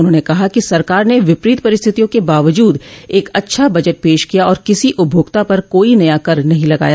उन्होंने कहा कि सरकार ने विपरीत परिस्थितियों के बावजूद एक अच्छा बजट पेश किया और किसी उपभोक्ता पर कोई नया कर नहीं लगाया